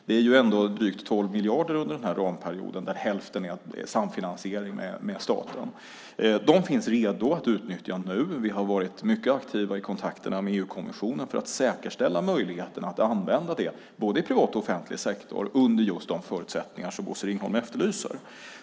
Det är ändå drygt 12 miljarder under den här ramperioden, där hälften är samfinansiering med staten. De finns redo att utnyttja nu. Vi har varit mycket aktiva i kontakterna med EU-kommissionen för att säkerställa möjligheten att använda det, både i privat och offentlig sektor, under just de förutsättningar som Bosse Ringholm efterlyser.